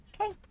Okay